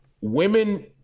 women